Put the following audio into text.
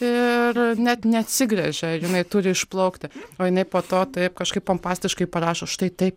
ir net neatsigręžia ir jinai turi išplaukti o jinai po to taip kažkaip pompastiškai parašo štai taip